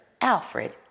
Alfred